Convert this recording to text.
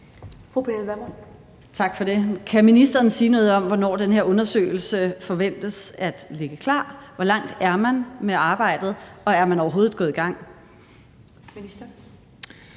Kan ministeren sige noget om, hvornår den her undersøgelse forventes at ligge klar? Hvor langt er man med arbejdet, og er man overhovedet gået i gang?